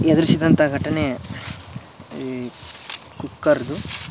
ಎದ್ರಿಸಿದಂಥ ಘಟನೆ ಈ ಕುಕ್ಕರ್ದು